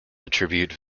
attribute